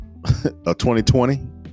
2020